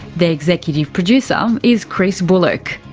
the executive producer um is chris bullock,